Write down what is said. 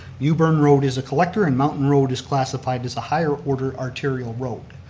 mewburn road is a collector and mountain road is classified as a higher ordered arterial road.